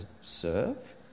serve